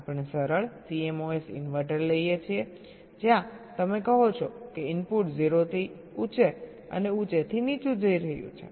આપણે સરળ CMOS inverter લઈએ છીએ જ્યાં તમે કહો છો કે ઇનપુટ 0 થી ઊંચે અને ઊંચે થી નીચું જઈ રહ્યું છે